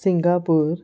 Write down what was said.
Singapore